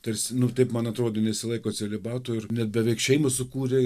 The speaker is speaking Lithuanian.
tarsi nu taip man atrodė nesilaiko celibato ir net beveik šeimas sukūrę